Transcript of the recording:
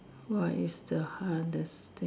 what is the hardest thing